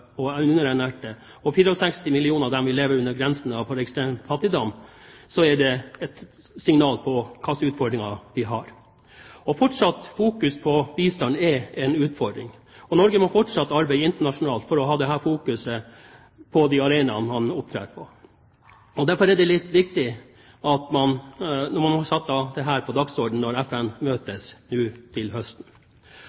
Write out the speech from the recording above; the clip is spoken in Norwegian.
og 64 millioner vil leve under grensen for ekstrem fattigdom – er det et signal om hvilke utfordringer vi har. Fortsatt fokusering på bistand er en utfordring. Norge må fortsatt arbeide internasjonalt for å fokusere på de arenaene man opptrer på. Derfor er det viktig at man har satt dette på dagsordenen når FN møtes til høsten. Da å kritisere Norge for det